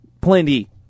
Plenty